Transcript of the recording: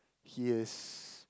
he is